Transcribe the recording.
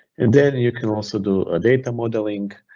and then and you can also do a data modeling,